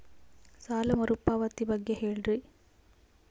ಸಾಲ ಮರುಪಾವತಿ ಬಗ್ಗೆ ಹೇಳ್ರಿ?